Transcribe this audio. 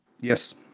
yes